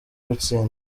gutsinda